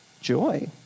joy